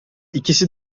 ikisi